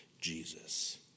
Jesus